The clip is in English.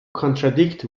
contradict